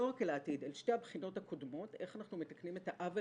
לא רק אל העתיד אלא אל שתי הבחינות הקודמות ואיך אנחנו מתקנים את העוול